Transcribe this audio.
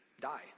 die